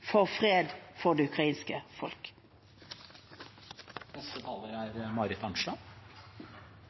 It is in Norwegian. fred for det ukrainske